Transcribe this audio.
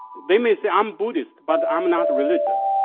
they may say i'm buddhist, but i'm not religious.